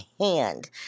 hand